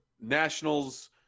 Nationals